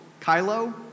Kylo